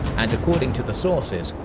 and according to the sources,